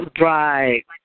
Right